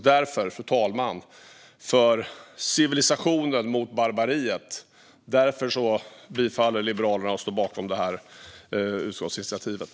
Därför, fru talman, för civilisationen och mot barbariet, står Liberalerna bakom det här utskottsinitiativet.